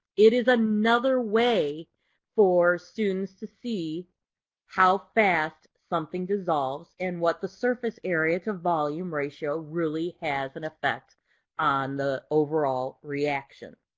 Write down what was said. it is another way for students to see how fast something dissolves and what the surface area to volume ratio really has an effect on the overall reaction.